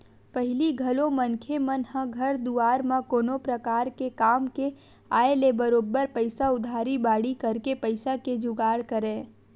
पहिली घलो मनखे मन ह घर दुवार म कोनो परकार के काम के आय ले बरोबर पइसा उधारी बाड़ही करके पइसा के जुगाड़ करय